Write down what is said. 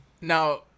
Now